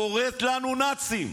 קוראת לנו נאצים,